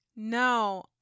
No